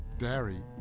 dairy,